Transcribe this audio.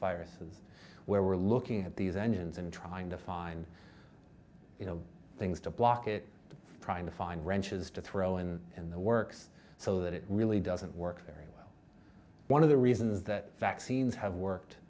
viruses where we're looking at these engines and trying to find you know things to block it trying to find wrenches to throw in in the works so that it really doesn't work very well one of the reasons that vaccines have worked